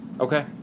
okay